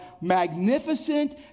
magnificent